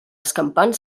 escampant